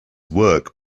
work